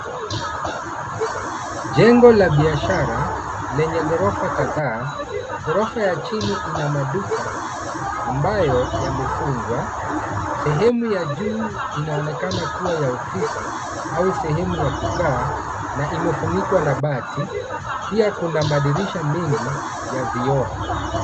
Jengo la biashara lenye ghorofa kadhaa. Ghorofa ya chini ina maduka ambayo yamefungwa. Sehemu ya juu inaonekana kuwa ya ofisi au sehemu ya kukaa na imefunikwa na bati. Pia kuna madirisha mengi ya vioo.